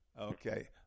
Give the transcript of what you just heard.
Okay